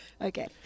Okay